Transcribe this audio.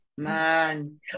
Man